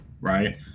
right